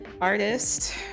artist